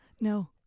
No